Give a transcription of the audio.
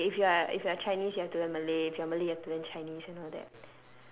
malay if you are if you are chinese you have to learn malay if you are malay you have to learn chinese and all that